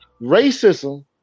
racism